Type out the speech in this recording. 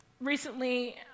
Recently